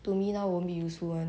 to me now won't be useful [one]